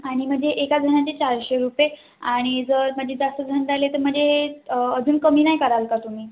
आणि म्हणजे एका जणाचे चारशे रुपये आणि जर म्हणजे जास्त जणं झाले तर म्हणजे अजून कमी नाही कराल का तुम्ही